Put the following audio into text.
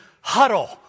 huddle